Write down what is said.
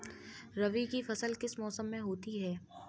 रबी की फसल किस मौसम में होती है?